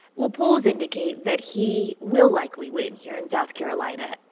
well, polls indicate that he will likely win here in south carolina.